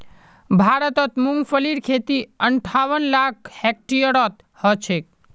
भारतत मूंगफलीर खेती अंठावन लाख हेक्टेयरत ह छेक